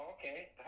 Okay